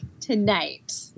tonight